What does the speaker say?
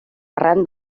arran